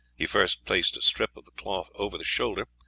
he first placed a strip of the cloth over the shoulder,